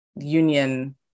union